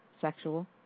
sexual